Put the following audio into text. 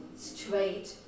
straight